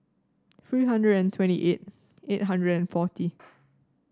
three hundred and twenty eight eight hundred and forty